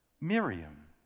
Miriam